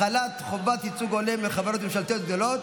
חבר הכנסת נאור שירי,